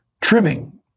trimming